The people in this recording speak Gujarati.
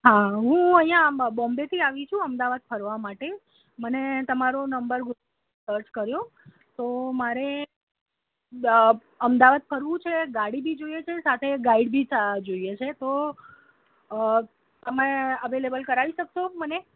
હા હું અહીંયા બોમ્બેથી આવી છું અમદાવાદ ફરવા માટે મને તમારો નંબર ગૂગલ સર્ચ કર્યો તો મારે અમદાવાદ ફરવું છે ગાડી બી જોઈએ છે અને સાથે ગાઈડ બી સા જોઈએ છે તો તમે અવેલેબલ કરાવી શકશો મને